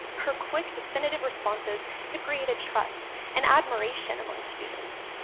her quick definitive responses have created trust and admiration among students.